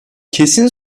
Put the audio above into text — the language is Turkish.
kesin